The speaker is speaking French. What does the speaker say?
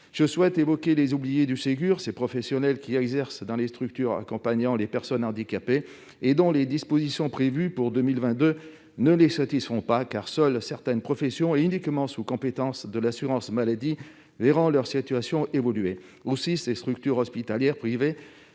je souhaite évoquer les oubliés du Ségur, ces professionnels qui exercent dans les structures accompagnant les personnes handicapées. Les dispositions prévues pour 2022 ne les satisfont pas, car seules certaines professions, qui plus est uniquement sous compétence de l'assurance maladie, verront leur situation évoluer. Aussi, ces structures hospitalières privées